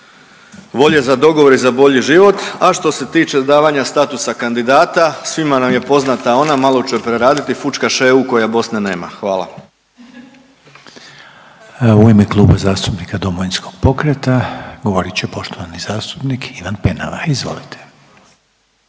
volje za dogovor i za bolji život, a što se tiče davanja statusa kandidata svima nam je poznata malo ću je preraditi, fućkaš ševu koja Bosnu nema. Hvala. **Reiner, Željko (HDZ)** U ime Kluba zastupnika Domovinskog pokreta govorit će poštovani zastupnik Ivan Penava. Izvolite.